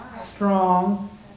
strong